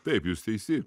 taip jūs teisi